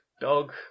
Dog